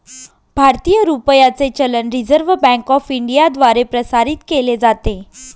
भारतीय रुपयाचे चलन रिझर्व्ह बँक ऑफ इंडियाद्वारे प्रसारित केले जाते